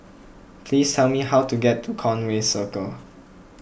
please tell me how to get to Conway Circle